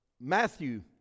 matthew